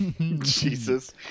Jesus